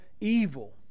evil